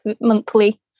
monthly